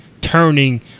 turning